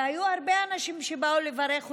היו הרבה אנשים שבאו לברך אותי,